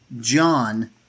John